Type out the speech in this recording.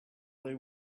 they